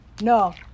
No